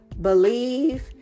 believe